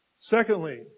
Secondly